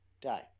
die